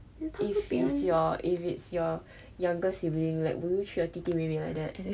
if it's your if it's your younger sibling like will you treat your 弟弟妹妹 like that